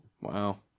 Wow